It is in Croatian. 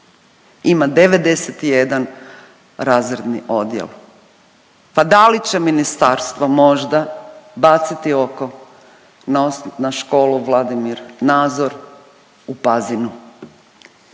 ima 91 razredni odjel. Pa da li će ministarstvo možda baciti oko na Školu Vladimir Nazor u Pazinu?